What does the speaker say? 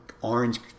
orange